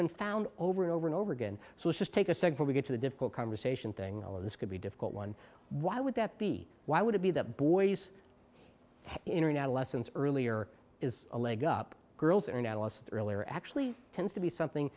been found over and over and over again so let's just take a second to get to the difficult conversation thing all of this could be difficult one why would that be why would it be that boys internet lessons earlier is a leg up girls are now less earlier actually tends to be something